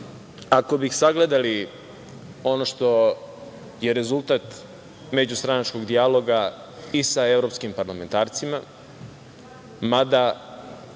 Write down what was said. ako bismo sagledali ono što je rezultat međustranačkog dijaloga i sa evropskim parlamentarcima, mada